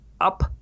up